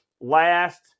Last